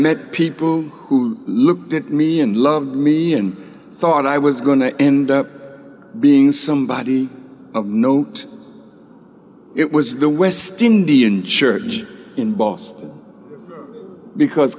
met people who looked at me and loved me and thought i was going to end up being somebody of note it was the west indian church in boston because